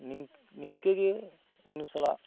ᱱᱤᱝᱠᱟᱹ ᱱᱤᱝᱠᱟᱹ ᱜᱮ ᱩᱱᱤ ᱥᱟᱞᱟᱜ